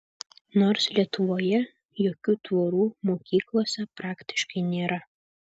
nors lietuvoje jokių tvorų mokyklose praktiškai nėra